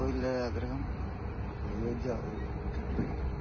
ഇപ്പം ഉള്ള ആഗ്രഹം അയോദ്ധ്യ ഒര് ട്രിപ്പ് അടിക്കണം